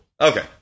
Okay